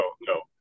no